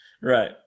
Right